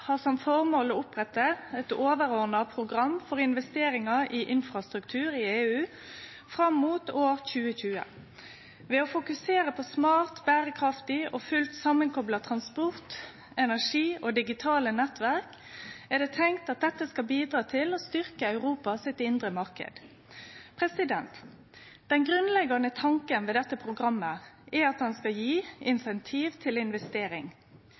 har som formål å opprette eit overordna program for investeringar i infrastruktur i EU fram mot år 2020. Ved å fokusere på smart, berekraftig og fullt samankopla transport, energi og digitale nettverk er det tenkt at dette skal bidra til å styrkje Europa sin indre marknad. Den grunnleggjande tanken ved dette programmet er at det skal gje incentiv til investering.